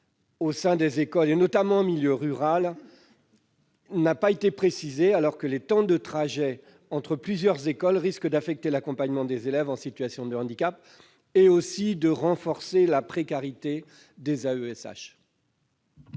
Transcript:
au sein des écoles, notamment en milieu rural, n'a pas été précisé, alors que les temps de trajet entre plusieurs écoles risquent d'affecter l'accompagnement des élèves en situation de handicap et de renforcer la précarité des AESH.